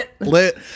lit